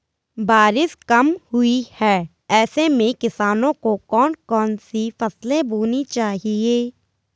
बारिश कम हुई है ऐसे में किसानों को कौन कौन सी फसलें बोनी चाहिए?